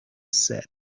said